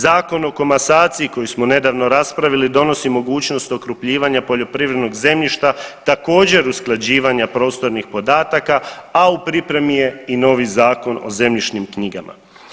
Zakon o komasaciji koji smo nedavno raspravili donosi mogućnost okrupnjivanja poljoprivrednog zemljišta također usklađivanja prostornih podataka, a u pripremi je i novi Zakon o zemljišnim knjigama.